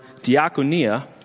diakonia